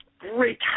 Great